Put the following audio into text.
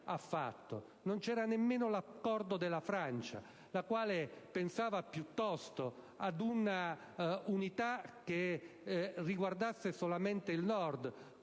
Non c'era nemmeno l'accordo della Francia, che pensava piuttosto ad un'unità che riguardasse solamente il Nord,